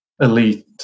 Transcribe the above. elite